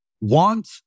Want